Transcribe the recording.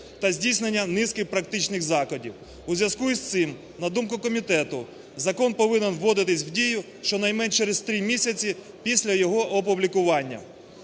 та здійснення низки практичних заходів, у зв'язку з цим, на думку комітету, закон повинен вводитись в дію щонайменше через три місяці після його опублікування.